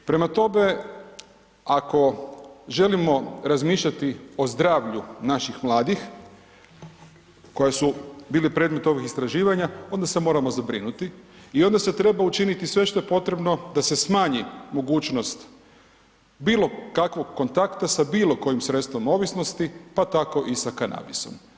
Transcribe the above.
Prema tome, ako želimo razmišljati o zdravlju naših mladih koji su bili predmet ovih istraživanja onda se moramo zabrinuti i onda se treba učiniti sve što je potrebno da se smanji mogućnost bilo kakvog kontakta sa bilo kojim sredstvom ovisnosti pa tako i sa kanabisom.